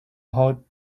hot